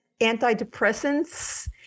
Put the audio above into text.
antidepressants